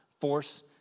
Force